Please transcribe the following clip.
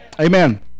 Amen